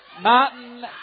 Martin